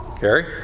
Gary